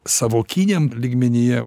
sąvokiniam lygmenyje